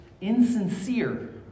insincere